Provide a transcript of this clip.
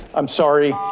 i'm sorry,